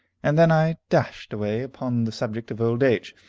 and then i dashed away upon the subject of old age,